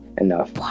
enough